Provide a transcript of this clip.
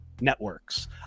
Networks